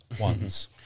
ones